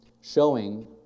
showing